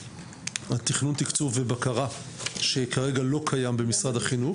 תכנון תקצוב ובקרה שכרגע לא קיים במערכת החינוך.